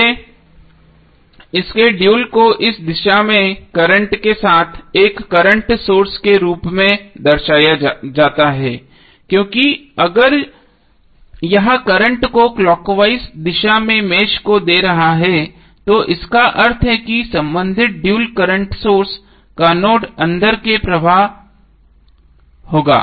इसलिए इस के ड्यूल को इस दिशा में करंट के साथ एक करंट सोर्स के रूप में दर्शाया जाता है क्योंकि अगर यह करंट को क्लॉकवाइज दिशा में मेष को दे रहा है तो इसका अर्थ है कि संबंधित ड्यूल करंट सोर्स का नोड के अंदर प्रवाह होगा